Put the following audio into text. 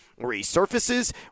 resurfaces